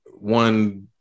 One